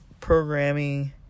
programming